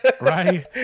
right